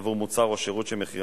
ועדת חוקה